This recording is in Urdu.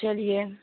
چلیے